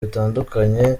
bitandukanye